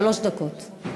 שלוש דקות.